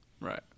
Right